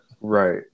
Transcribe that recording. Right